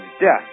death